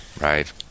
Right